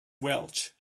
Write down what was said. welch